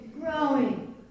growing